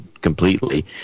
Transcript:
completely